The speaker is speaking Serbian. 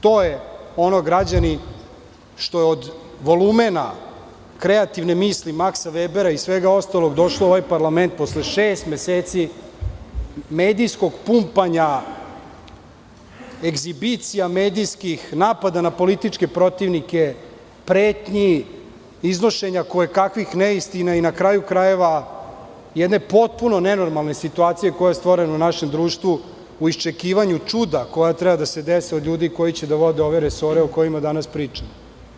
To je ono, građani, što je od volumena kreativne misli Maksa Vebera i svega ostalog došlo u ovaj parlament posle šest meseci medijskog pumpanja, egzibicija medijskih, napada na političke protivnike, pretnji, iznošenja kojekakvih neistina i, na kraju krajeva, jedne potpuno nenormalne situacije koja je stvorena u našem društvu u iščekivanju čuda koja treba da se dese od ljudi koji će da vode ove resore o kojima danas pričamo.